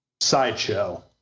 sideshow